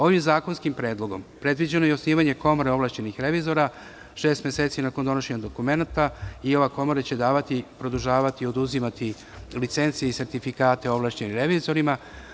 Ovim zakonskim predlogom predviđeno je i osnivanje komore ovlašćenih revizora, šest meseci nakon donošenja dokumenata i ova komora će davati, produžavati i oduzimati licence i sertifikate ovlašćenim revizorima.